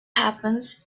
happens